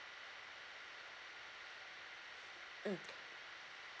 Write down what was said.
mm